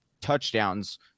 touchdowns